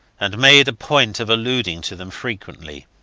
and made a point of alluding to them frequently.